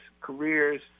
careers